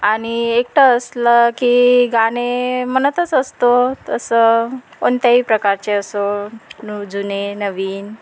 आणि एकटं असलं की गाणे म्हणतच असतो तसं कोणत्याही प्रकारचे असो जुने नवीन